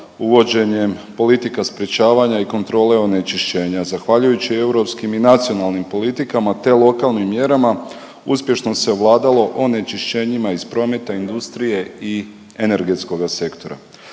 uvođenjem politika sprječavanja onečišćenja. Zahvaljujući europskim i nacionalnim politikama, te lokalnim mjerama uspješno se ovladalo onečišćenjima iz prometa, industrije i energetskoga sektora.